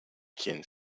quién